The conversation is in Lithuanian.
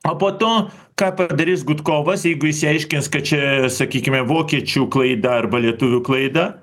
o po to ką padarys gudkovas jeigu išsiaiškins kad čia sakykime vokiečių klaida arba lietuvių klaida